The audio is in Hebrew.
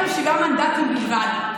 לפעמים אין בושה, פשוט אין.